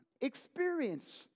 experience